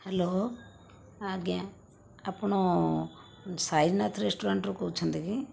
hello ଆଜ୍ଞା ଆପଣ ସାଇନାଥ ରେଷ୍ଟୁରାଣ୍ଟରୁ କହୁଛନ୍ତି କି